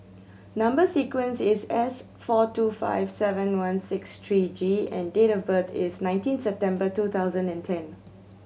number sequence is S four two five seven one six three G and date of birth is nineteen September two thousand and ten